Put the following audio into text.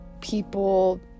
people